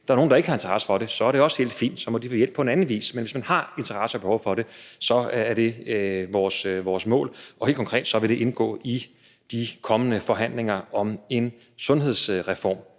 der er nogen, der ikke har interesse for det, er det også helt fint, og så må de få hjælp på anden vis, men hvis man har interesse og behov for det, er det vores mål at tilbyde det, og helt konkret vil det indgå i de kommende forhandlinger om en sundhedsreform.